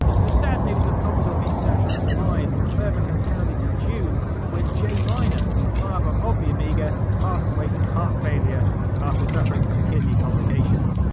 the sad news of commodore international's demise was further compounded in june when jay miner, the father of the amiga, passed away from heart failure after suffering from kidney complications,